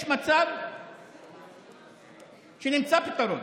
יש מצב שנמצא פתרון.